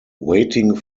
waiting